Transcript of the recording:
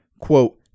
quote